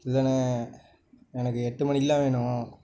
இல்லைண்ணே எனக்கு எட்டு மணிக்கெல்லாம் வேணும்